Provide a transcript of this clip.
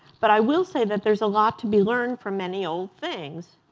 but i will say that there's a lot to be learned from many old things.